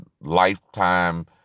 lifetime